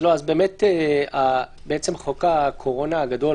חוק הקורונה הגדול,